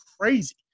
crazy